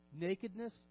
nakedness